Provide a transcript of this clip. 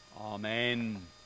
Amen